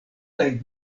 kaj